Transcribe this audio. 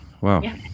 wow